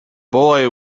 boy